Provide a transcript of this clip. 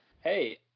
hey